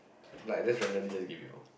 like just randomly just give you all